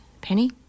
Penny